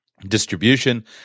Distribution